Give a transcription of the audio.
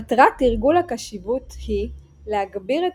מטרת תרגול הקשיבות היא להגביר את